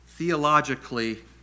Theologically